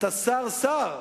אתה שר-שר,